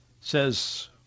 says